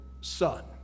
son